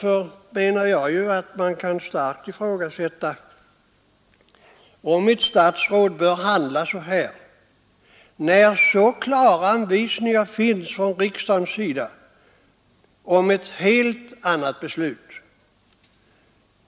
Jag menar därför att det kan starkt ifrågasättas om ett statsråd bör handla på sätt som här skett, när det finns så klara anvisningar från riksdagen om ett helt annat handlingssätt.